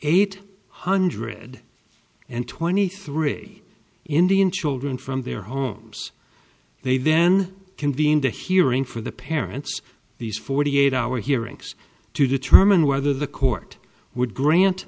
eight hundred and twenty three indian children from their homes they then convened a hearing for the parents these forty eight hour hearings to determine whether the court would grant